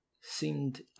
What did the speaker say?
seemed